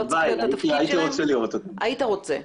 הלוואי, הייתי רוצה לראות --- היית רוצה.